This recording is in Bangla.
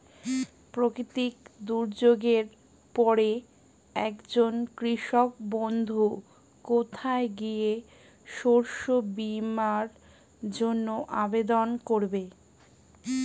প্রাকৃতিক দুর্যোগের পরে একজন কৃষক বন্ধু কোথায় গিয়ে শস্য বীমার জন্য আবেদন করবে?